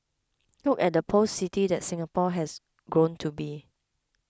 look at the post city that Singapore had grown to be